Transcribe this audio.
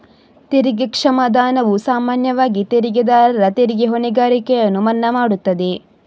ತೆರಿಗೆ ಕ್ಷಮಾದಾನವು ಸಾಮಾನ್ಯವಾಗಿ ತೆರಿಗೆದಾರರ ತೆರಿಗೆ ಹೊಣೆಗಾರಿಕೆಯನ್ನು ಮನ್ನಾ ಮಾಡುತ್ತದೆ